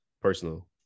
personal